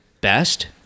best